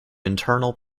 internal